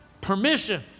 permission